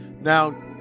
Now